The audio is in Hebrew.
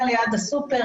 לגבי החופים,